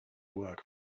work